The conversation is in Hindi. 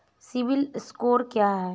सिबिल स्कोर क्या है?